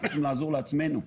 אנחנו באים לעזור לעצמנו.